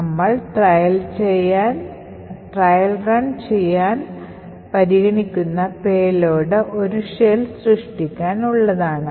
നമ്മൾ trial run ചെയ്യാൻ പരിഗണിക്കുന്ന പേലോഡ് ഒരു ഷെൽ സൃഷ്ടിക്കാൻ ഉള്ളതാണ്